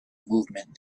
movement